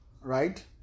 right